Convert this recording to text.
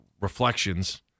reflections